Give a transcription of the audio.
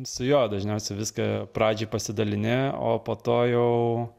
su juo dažniausiai viską pradžioj pasidalini o po to jau